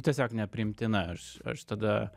tiesiog nepriimtina aš aš tada